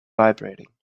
vibrating